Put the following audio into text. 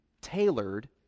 tailored